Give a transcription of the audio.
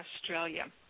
Australia